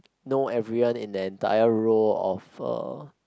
know everyone in the entire row of uh